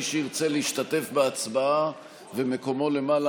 מי שירצה להשתתף בהצבעה ומקומו למעלה,